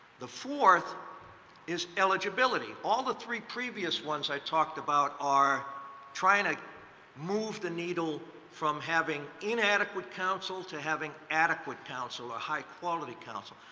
the fourth is eligibility. all the three previous ones i talked about are trying to move the needle from having inadequate counsel to having adequate counsel or high quality counsel.